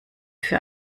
für